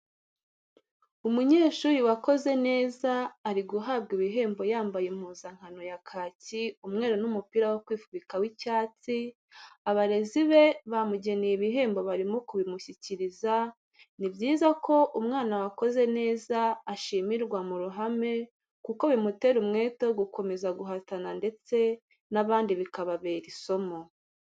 Umunyeshuri wakoze neza ari guhabwa ibihembo yambaye impuzankano ya kaki, umweru n'umupira wo kwifubika w'icyatsi, abarezi be bamugeneye ibihembo barimo kubimushyikiriza, ni byiza ko umwana wakoze neza ashimirwa mu ruhame kuko bimutera umwete wo gukomeza guhatana ndetse n'abandi bikababera isomo.